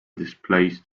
displaced